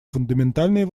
фундаментальные